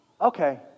Okay